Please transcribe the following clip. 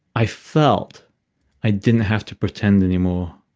i felt i didn't have to pretend anymore.